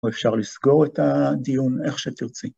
‫או אפשר לסגור את הדיון איך שתרצי.